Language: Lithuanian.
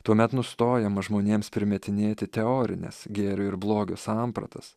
tuomet nustojama žmonėms primetinėti teorines gėrio ir blogio sampratas